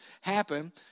happen